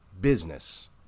business